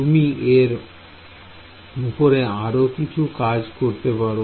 তুমি এর উপরে আরো কিছু কাজ করতে পারো